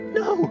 no